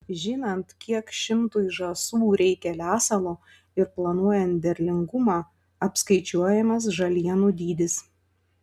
žinant kiek šimtui žąsų reikia lesalo ir planuojant derlingumą apskaičiuojamas žalienų dydis